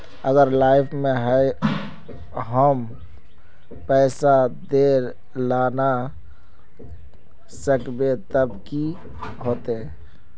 अगर लाइफ में हैम पैसा दे ला ना सकबे तब की होते?